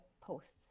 posts